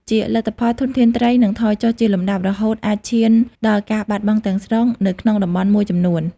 ជាលទ្ធផល ធនធានត្រីនឹងថយចុះជាលំដាប់ រហូតអាចឈានដល់ការបាត់បង់ទាំងស្រុងនៅក្នុងតំបន់មួយចំនួន។